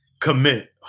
commit